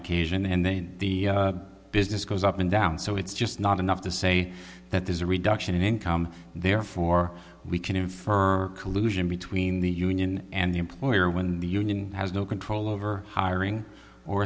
occasion and then the business goes up and down so it's just not enough to say that there's a reduction in income therefore we can infer collusion between the union and the employer when the union has no control over hiring or